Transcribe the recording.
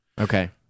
okay